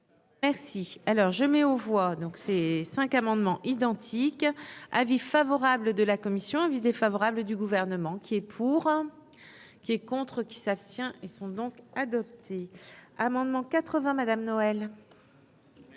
Merci, alors je mets aux voix donc ces cinq amendements identiques : avis favorable de la commission avis défavorable du gouvernement qui est pour. Qui est contre qui s'abstient, ils sont donc adopté amendement 80 Madame Noël.